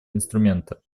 инструмента